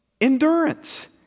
endurance